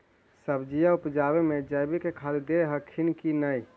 सब्जिया उपजाबे मे जैवीक खाद दे हखिन की नैय?